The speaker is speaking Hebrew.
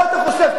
מה אתה חושב,